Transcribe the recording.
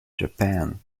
japan